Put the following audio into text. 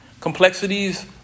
Complexities